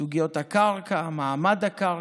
סוגיות הקרקע, מעמד הקרקע.